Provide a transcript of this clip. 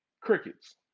Crickets